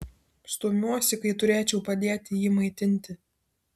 stumiuosi kai turėčiau padėti jį maitinti